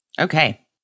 Okay